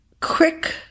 quick